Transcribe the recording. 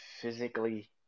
physically –